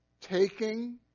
taking